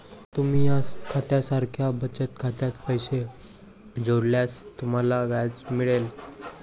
तुम्ही या खात्या सारख्या बचत खात्यात पैसे जोडल्यास तुम्हाला व्याज मिळेल